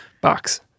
box